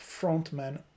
frontman